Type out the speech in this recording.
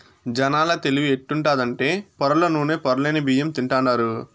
జనాల తెలివి ఎట్టుండాదంటే పొరల్ల నూనె, పొరలేని బియ్యం తింటాండారు